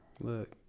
look